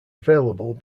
available